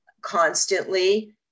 constantly